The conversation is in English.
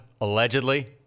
allegedly